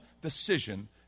decision